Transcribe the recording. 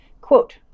Quote